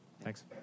Thanks